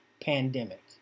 pandemic